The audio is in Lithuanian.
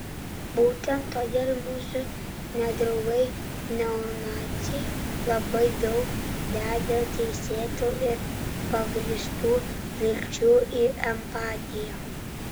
būtent todėl mūsų nedraugai neonaciai labai daug deda teisėtų ir pagrįstų vilčių į empatiją